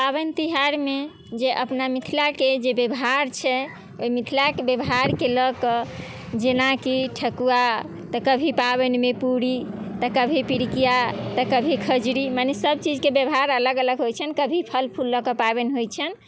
पाबनि तिहारमे जे अपना मिथिलाके जे व्यवहार छै ओहि मिथिलाके व्यवहारके लअ कऽ जेना कि ठकुआ तऽ कभी पाबनिमे पूरी तऽ कभी पिरुकिया तऽ कभी खजुरी मने सभ चीजके व्यवहार अलग अलग होइ छन्हि कभी फल फूल लअ कऽ पाबनि होइ छन्हि